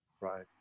Right